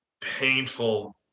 painful